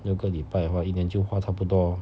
六个礼拜的话一年就花差不多